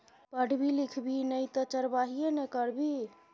पढ़बी लिखभी नै तँ चरवाहिये ने करभी